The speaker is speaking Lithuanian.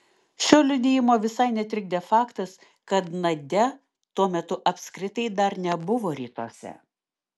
šio liudijimo visai netrikdė faktas kad nadia tuo metu apskritai dar nebuvo rytuose